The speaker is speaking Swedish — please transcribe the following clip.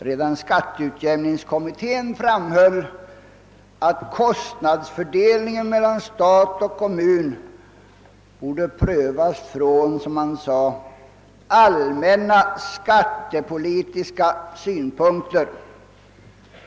Redan skatteutjämningskommittén framhöll att frågan om kost nadsfördelningen mellan stat och kommun borde prövas från »allmänna skattepolitiska synpunkter».